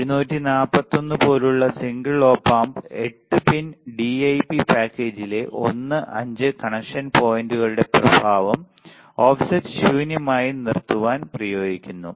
741 പോലുള്ള single op amp 8 pin DIP പാക്കേജിലെ 1 5 connection പോയിന്റുകളുടെ പ്രഭാവം ഓഫ്സെറ്റ് ശൂന്യമായി നിർത്തുവാൻ ഉപയോഗിക്കുന്നു